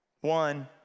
One